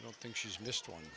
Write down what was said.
i don't think she's missed one